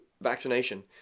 vaccination